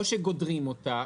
או שגודרים אותה,